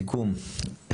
סיכום,